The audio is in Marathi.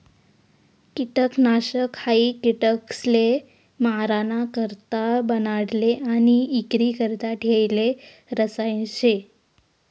किटकनाशक हायी किटकसले माराणा करता बनाडेल आणि इक्रीकरता ठेयेल रसायन शे